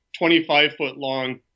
25-foot-long